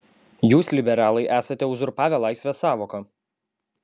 jūs liberalai esate uzurpavę laisvės sąvoką